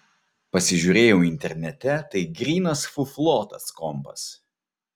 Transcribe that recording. pasižiūrėjau internete tai grynas fuflo tas kompas